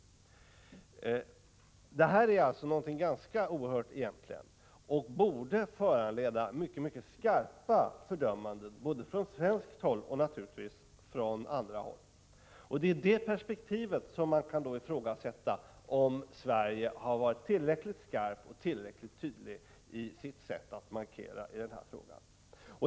Det här är egentligen något oerhört och borde föranleda mycket skarpa fördömanden från svenskt håll och naturligtvis även från andra håll. Det är i detta perspektiv som man kan ifrågasätta om Sverige varit tillräckligt skarpt och tillräckligt tydligt i sitt sätt att göra markeringar i denna fråga.